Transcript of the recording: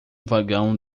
vagão